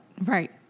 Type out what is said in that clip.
Right